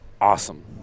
awesome